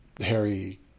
Harry